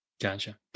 Gotcha